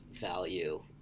value